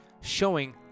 showing